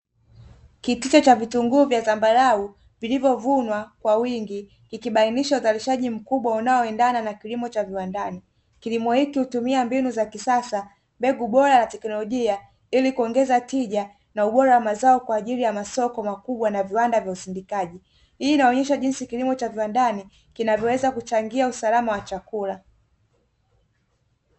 Kitita cha vitunguu vya zambarau vilivyovunwa kwa wingi ikibainisha uzalishaji mkubwa unaoendana na kilimo cha viwandani. Kilimo hiki hutumia mbinu za kisasa, mbegu bora na teknolojia ili kuongeza tija na ubora wa mazao kwa ajili ya masoko makubwa na viwanda vya usindikaji. Hii inaonyesha jinsi kilimo cha viwandani kinavyoweza kuchangia usalama wa chakula.